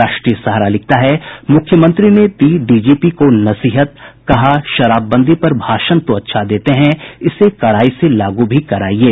राष्ट्रीय सहारा लिखता है मूख्यमंत्री ने दी डीजीपी को नसीहत कहा शराबबंदी पर भाषण तो अच्छा देते हैं इसे कड़ाई से लागू भी कराईये